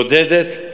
נודדת.